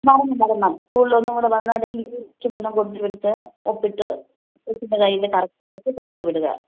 വരണം വരണം സ്കൂളിൽ ഒന്നു കൂടെ വന്നു അല്ലെങ്കിൽ ലീവ് ലെറ്റെർ എല്ലാം കൊടുത്ത് വിട്ട് ഒപ്പിട്ട് കൊച്ചിൻ്റെ കൈയിൽ കറക്റ്റ് ആയിട്ട് കൊടുത്തു വിടുക